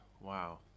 wow